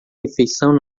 refeição